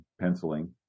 penciling